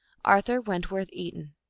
arthur wentworth eaton.